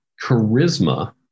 charisma